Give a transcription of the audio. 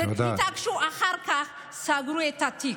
התעקשו, ואחר כך סגרו את התיק,